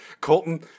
Colton